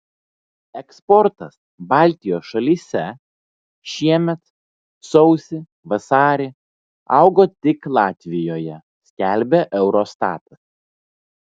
eksportas baltijos šalyse šiemet sausį vasarį augo tik latvijoje skelbia eurostatas